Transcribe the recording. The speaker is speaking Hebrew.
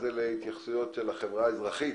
הדיון להתייחסויות של החברה האזרחית,